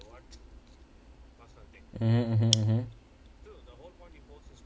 mmhmm mmhmm mmhmm